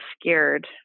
scared